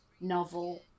novel